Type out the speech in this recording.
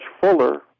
fuller